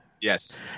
Yes